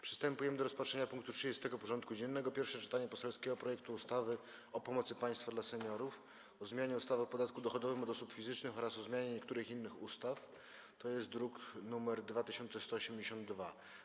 Przystępujemy do rozpatrzenia punktu 30. porządku dziennego: Pierwsze czytanie poselskiego projektu ustawy o pomocy państwa dla seniorów, o zmianie ustawy o podatku dochodowym od osób fizycznych oraz o zmianie niektórych innych ustaw (druk nr 2182)